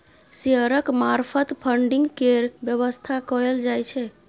शेयरक मार्फत फडिंग केर बेबस्था कएल जाइ छै